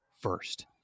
first